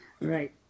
right